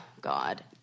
God